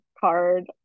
card